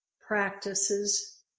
practices